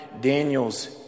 Daniel's